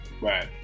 Right